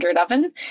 oven